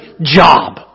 job